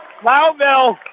Loudville